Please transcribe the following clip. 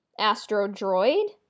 Astrodroid